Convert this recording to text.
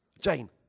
Jane